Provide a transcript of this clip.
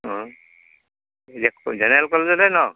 অঁ এতিয়া জেনেৰেল কলেজতহে ন